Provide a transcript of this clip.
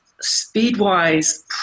speed-wise